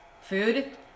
food